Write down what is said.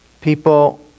People